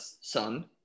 son